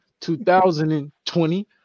2020